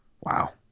wow